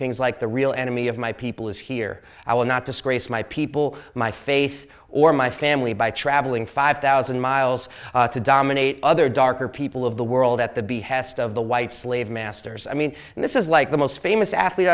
things like the real enemy of my people is here i will not discuss my people my faith or my family by traveling five thousand miles to dominate other darker people of the world at the behest of the white slave masters i mean and this is like the most famous athlete